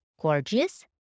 gorgeous